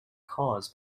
cause